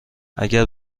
اگه